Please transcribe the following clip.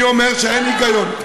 אני אומר שאין היגיון.